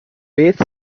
beth